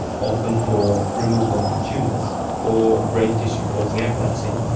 often for removal of tumours or brain tissue causing epilepsy,